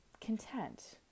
content